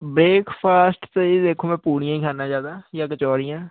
breakfast ਤੁਸੀਂ ਦੇਖੋ ਮੈਂ ਪੂਰੀਆਂ ਹੀ ਕਰਨਾ ਜਿਆਦਾ ਜਾ ਕਚੋਰੀਆਂ